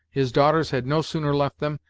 his daughters had no sooner left them,